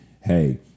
hey